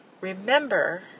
remember